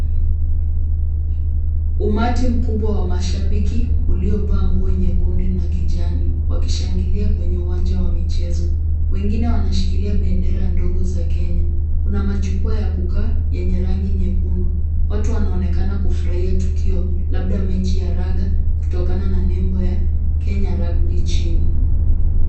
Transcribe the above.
Umati mkubwa wa mashabiki uliovaa nguo nyekundu na kijani wakishangilia kwenye uwanja wa michezo. Wengine wanashikilia bendera ndogo za Kenya. Kuna majukwaa ya kukaa yenye rangi nyekundu. Watu wanaonekana kufurahia tukio labda mechi ya raga kutokana na nembo ya Kenya Rugby Team.